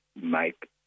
make